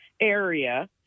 area